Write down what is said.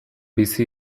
bizi